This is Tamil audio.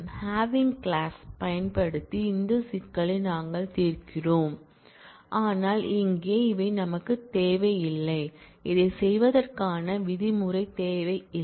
ஹாவிங் கிளாஸ் பயன்படுத்தி இந்த சிக்கலை நாங்கள் தீர்க்கிறோம் ஆனால் இங்கே அவை நமக்குத் தேவையில்லை இதைச் செய்வதற்கான விதிமுறை தேவையில்லை